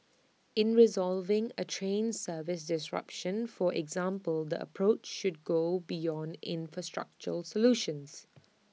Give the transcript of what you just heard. in resolving A train service disruption for example the approach should go beyond infrastructural solutions